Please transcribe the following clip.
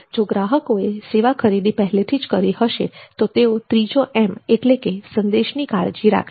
જો ગ્રાહકોએ સેવા ખરીદી પહેલેથી જ કરી હશે તો તેઓ ત્રીજો એમ એટલે કે સંદેશની કાળજી રાખશે